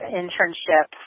internship